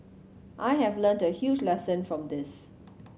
I have learnt a huge lesson from this